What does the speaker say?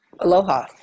Aloha